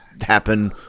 happen